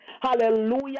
hallelujah